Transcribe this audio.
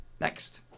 Next